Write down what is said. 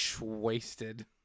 Wasted